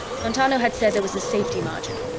montano had said there was a safety margin,